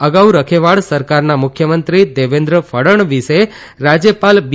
અગાઉ રખેવાળ સરકારના મુખ્યમંત્રી દેવેન્દ્ર ફડણવીસે રાજયપાલ બી